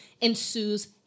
ensues